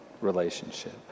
relationship